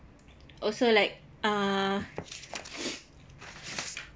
also like uh